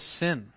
sin